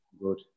Good